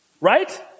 right